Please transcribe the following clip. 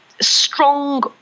strong